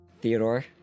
Theodore